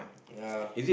ya